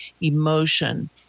emotion